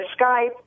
Skype